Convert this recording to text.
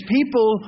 people